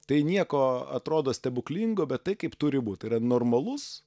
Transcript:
tai nieko atrodo stebuklingo bet tai kaip turi būt yra normalus